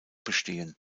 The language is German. bestehen